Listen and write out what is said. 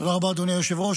תודה רבה, אדוני היושב-ראש.